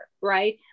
right